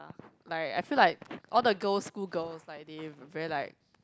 like I feel like all the girls school girls like they very like